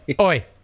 oi